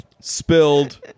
spilled